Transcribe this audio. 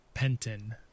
penton